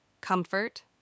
Comfort